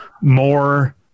more